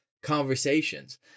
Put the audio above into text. conversations